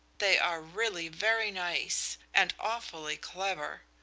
they are really very nice, and awfully clever.